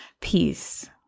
peace